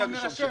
אנחנו נרשם.